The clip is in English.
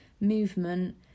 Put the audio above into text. movement